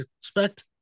expect